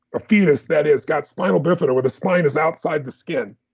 a fetus that has got spinal bifida, where the spine is outside the skin,